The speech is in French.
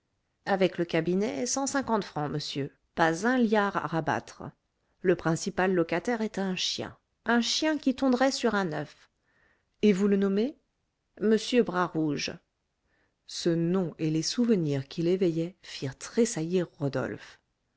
avec le cabinet cent cinquante francs monsieur pas un liard à rabattre le principal locataire est un chien un chien qui tondrait sur un oeuf et vous le nommez m bras rouge ce nom et les souvenirs qu'il éveillait firent tressaillir rodolphe